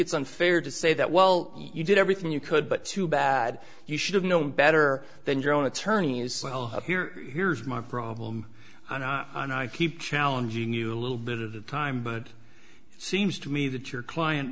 it's unfair to say that well you did everything you could but too bad you should've known better than your own attorneys here here's my problem and i keep challenging you a little bit of the time but it seems to me that your client